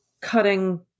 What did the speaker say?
cutting